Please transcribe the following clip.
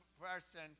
person